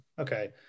okay